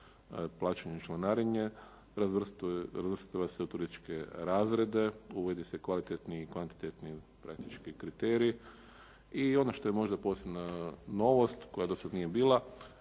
se ne razumije./… se u turističke razrede, uvodi se kvalitetni i kvantitetni praktički kriterij i ono što je možda posebna novost, koja do sada nije bila.